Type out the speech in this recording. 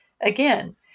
Again